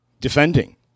defending